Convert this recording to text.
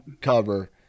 cover